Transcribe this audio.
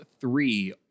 three